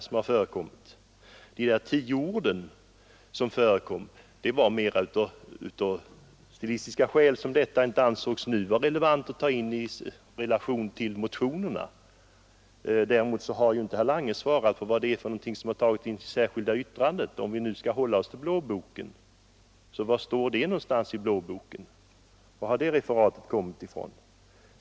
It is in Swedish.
Beträffande de tio orden som det här har talats om var det mera av stilistiska skäl som det nu inte ansågs vara relevant att ta in dem i relation till motionerna. Däremot har inte herr Lange svarat på vad det är för någonting som har tagits in i det särskilda yttrandet. Om vi nu skall hålla oss till blåboken — var någonstans i blåboken står detta? Varifrån har det referatet kommit?